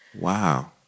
Wow